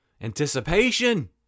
Anticipation